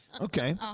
Okay